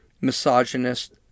misogynist